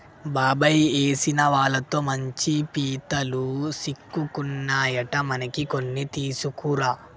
బాబాయ్ ఏసిన వలతో మంచి పీతలు సిక్కుకున్నాయట మనకి కొన్ని తీసుకురా